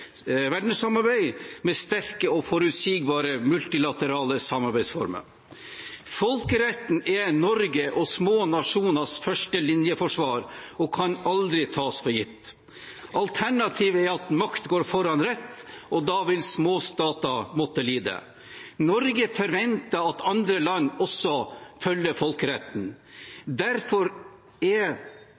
verdenssamarbeid med sterke og forutsigbare multilaterale samarbeidsformer. Folkeretten er Norges og små nasjoners førstelinjeforsvar og kan aldri tas for gitt. Alternativet er at makt går foran rett, og da vil småstater måtte lide. Norge forventer at andre land også følger folkeretten. Derfor er